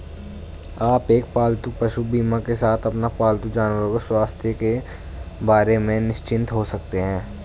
आप एक पालतू पशु बीमा के साथ अपने पालतू जानवरों के स्वास्थ्य के बारे में निश्चिंत हो सकते हैं